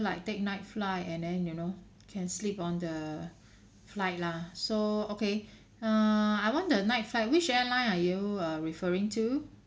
like take night flight and then you know can sleep on the flight lah so okay err I want the night flight which airline are you uh referring to